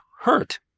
hurt